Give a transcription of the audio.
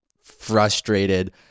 frustrated